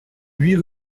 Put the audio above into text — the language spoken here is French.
huit